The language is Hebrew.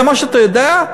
זה מה שאתה יודע?